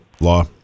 law